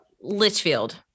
Litchfield